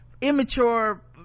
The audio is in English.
immature